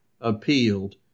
appealed